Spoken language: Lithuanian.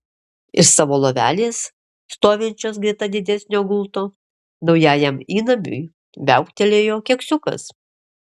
iš savo lovelės stovinčios greta didesnio gulto naujajam įnamiui viauktelėjo keksiukas